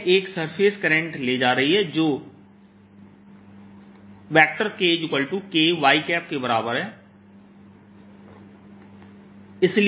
तो यह एक सरफेस करंट ले जा रही है जो KK y के बराबर है